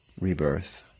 rebirth